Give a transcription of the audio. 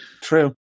True